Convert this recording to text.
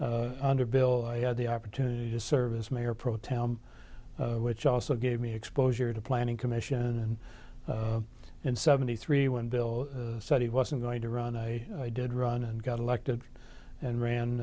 s under bill i had the opportunity to serve as mayor pro tem which also gave me exposure to planning commission and in seventy three when bill said he wasn't going to run i did run and got elected and ran